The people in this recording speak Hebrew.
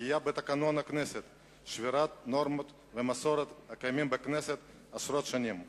פגיעה בתקנון הכנסת ושבירת נורמות ומסורת הקיימים בכנסת עשרות שנים.